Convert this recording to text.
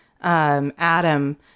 Adam